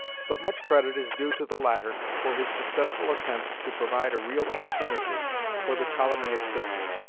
but much credit is due to the latter for his successful attempt to provide a real alternative for the ptolemaic system,